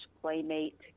playmate